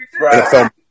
Right